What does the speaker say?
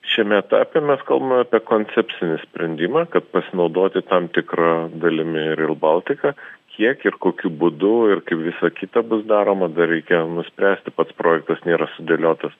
šiame etape mes kalbame apie koncepcinį sprendimą kad pasinaudoti tam tikra dalimi ir ril baltika kiek ir kokiu būdu ir kaip visa kita bus daroma dar reikia nuspręsti pats projektas nėra sudėliotas